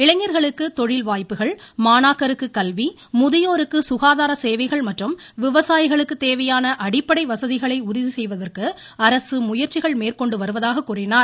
இளைஞா்களுக்கு தொழில் வாய்ப்புகள் மாணாக்கருக்கு கல்வி முதியோருக்கு சுகாதார சேவைகள் மற்றும் விவசாயிகளுக்கு தேவையான அடிப்படை வசதிகளை உறுதிசெய்வதற்கு அரசு முயற்சிகள் மேற்கொண்டு வருவதாக கூறினார்